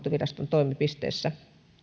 toimipisteessä